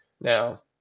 Now